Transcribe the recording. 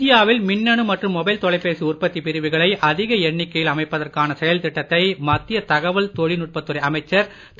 இந்தியாவில் மின்னணு மற்றும் மொபைல் தொலைபேசி உற்பத்தி பிரிவுகளை அதிக எண்ணிக்கையில் அமைப்பதற்கான செயல் திட்டத்தை மத்திய தகவல் தொழில் நுட்பத் துறை அமைச்சர் திரு